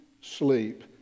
sleep